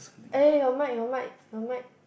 eh your mic your mic your mic